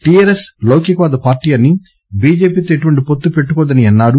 TRS లౌకిక వాద పార్టీ అని బీజేపీతో ఎటువంటి వొత్తు పెట్టుకోదు అన్నారు